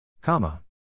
comma